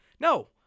no